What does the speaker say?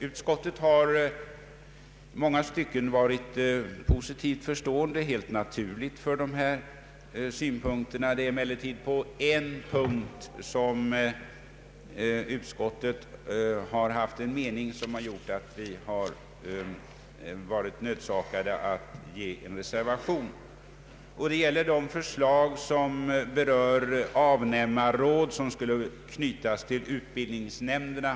Utskottet har i många stycken helt naturligt ställt sig positivt till de synpunkter som anförts i motionerna. På en punkt har emellertid utskottet haft en mening som gjort att vi varit nödsakade att avge en reservation, och det gäller de avnämarråd som skulle knytas till utbildningsnämnderna.